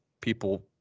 people